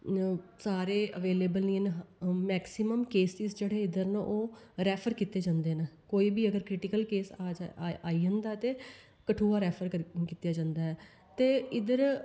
सारे अवलेवल ना मैक्सिम केसिस च जेहडे़ इद्धर ना ओह् रेफर कीते जंदे ना कोई बी अगर क्रिटीकल केस आई जंदा ते कठुआ रेफर कीता जंदा ऐ ते इद्धर